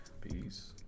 Peace